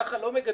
ככה לא מגדלים.